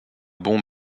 bons